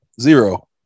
Zero